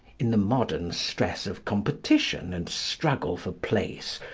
in the modern stress of competition and struggle for place,